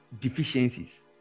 deficiencies